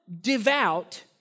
devout